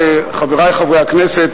חברי חברי הכנסת,